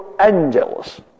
angels